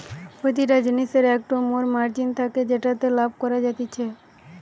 প্রতিটা জিনিসের একটো মোর মার্জিন থাকে যেটাতে লাভ করা যাতিছে